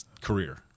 career